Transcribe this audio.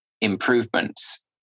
improvements